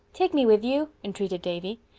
take me with you, entreated davy.